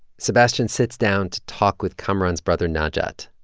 sebastian sits down to talk with kamaran's brother najat,